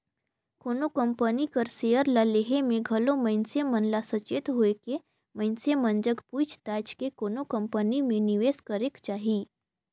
कोनो कंपनी कर सेयर ल लेहे में घलो मइनसे मन ल सचेत होएके मइनसे मन जग पूइछ ताएछ के कोनो कंपनी में निवेस करेक चाही